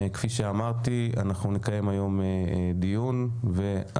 כפי שאמרתי, אנחנו נקיים היום דיון והצבעה.